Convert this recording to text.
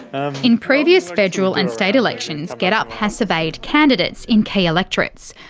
ah in previous federal and state elections, getup! has surveyed candidates in key electorates.